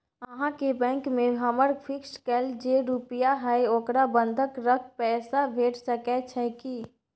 अहाँके बैंक में हमर फिक्स कैल जे रुपिया हय ओकरा बंधक रख पैसा भेट सकै छै कि?